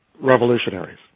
revolutionaries